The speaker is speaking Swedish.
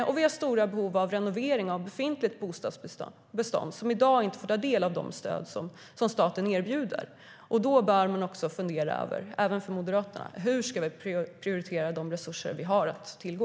Vi har också stora behov av renovering av befintligt bostadsbestånd, som i dag inte får ta del av de stöd som staten erbjuder. Då bör man också - det bör även Moderaterna - fundera över hur vi ska prioritera de resurser som vi har att tillgå.